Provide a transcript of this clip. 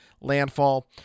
landfall